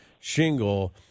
shingle